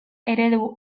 eredu